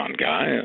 guy